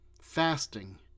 fasting